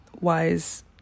wise